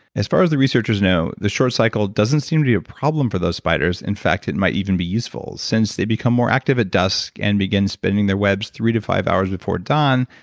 as far as the researchers know, the short cycle doesn't seem to be a problem for those spiders, in fact, it might even be useful since they become more active at dusk and begin spinning their webs three to five hours before dawn,